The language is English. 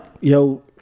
yo